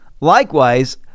Likewise